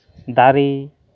ᱫᱟᱨᱮ